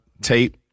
Tape